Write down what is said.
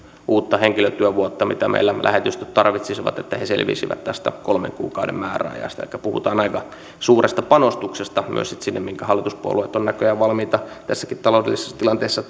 uutta henkilötyövuotta mitä meillä lähetystöt tarvitsisivat että ne selviäisivät tästä kolmen kuukauden määräajasta elikkä puhutaan aika suuresta panostuksesta myös sitten sinne minkä hallituspuolueet ovat näköjään valmiita tässäkin taloudellisessa tilanteessa